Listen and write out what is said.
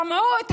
הם שמעו את